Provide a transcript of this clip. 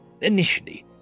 Initially